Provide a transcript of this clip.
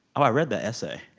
um i read that essay,